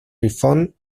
refund